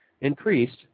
increased